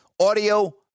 Audio